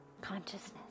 Consciousness